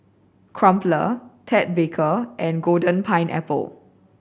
Crumpler Ted Baker and Golden Pineapple